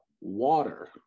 Water